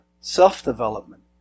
self-development